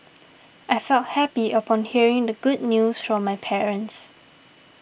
I felt happy upon hearing the good news from my parents